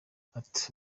ati